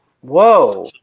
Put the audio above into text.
Whoa